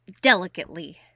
delicately